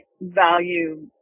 value